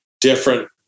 different